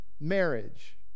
marriage